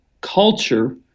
culture